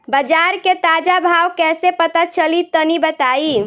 बाजार के ताजा भाव कैसे पता चली तनी बताई?